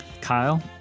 Kyle